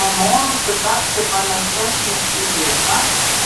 panorusi tapti panašesnė į lizą